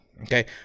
okay